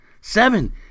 Seven